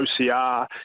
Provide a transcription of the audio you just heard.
OCR